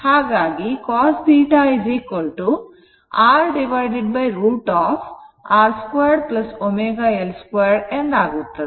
ಹಾಗಾಗಿ cos θ R √ R 2 ω L 2 ಎಂದಾಗುತ್ತದೆ